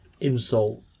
insult